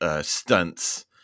stunts